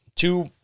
Two